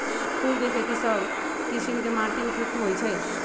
फूल के खेती सभ किशिम के माटी उपयुक्त होइ छइ